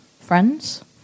friends